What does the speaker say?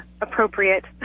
appropriate